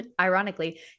ironically